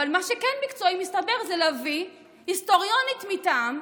אבל מסתבר שמה שכן מקצועי זה להביא היסטוריונית מטעם,